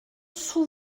sous